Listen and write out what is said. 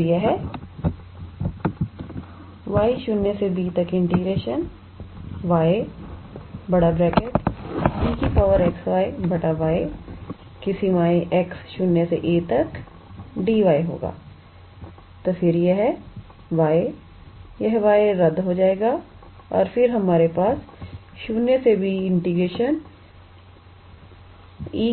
तो यह y0b𝑦 𝑒 𝑥𝑦 𝑦 𝑥0𝑎 𝑑𝑦 होगा फिर यह y यह y रद्द हो जाएगा और फिर हमारे पास y0b 𝑒 𝑎𝑦 −